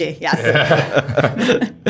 yes